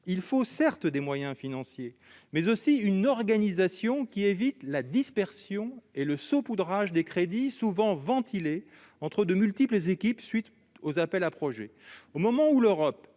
non seulement des moyens financiers, mais aussi une organisation qui évite la dispersion et le saupoudrage des crédits, souvent ventilés entre de multiples équipes à la suite des appels à projets.